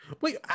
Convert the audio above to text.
Wait